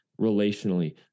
relationally